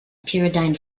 pyridine